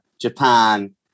Japan